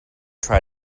try